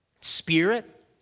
spirit